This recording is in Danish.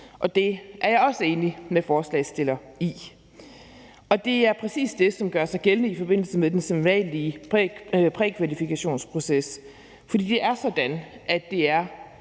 Det er jeg også enig med forslagsstillerne i, og det er præcis det, som gør sig gældende i forbindelse med den sædvanlige prækvalifikationsproces. For det er sådan, at det er